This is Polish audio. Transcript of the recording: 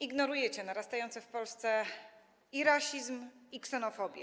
Ignorujecie narastające w Polsce i rasizm, i ksenofobię.